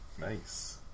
Nice